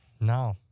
No